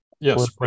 Yes